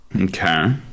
Okay